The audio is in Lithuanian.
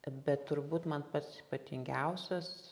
bet turbūt man pats ypatingiausias